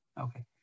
Okay